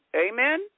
amen